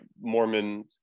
Mormon